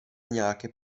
nějaké